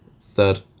Third